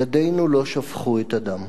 ידינו לא שפכו את הדם.